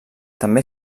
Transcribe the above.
també